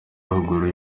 ruguru